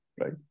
right